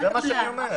זה מה שאני אומר.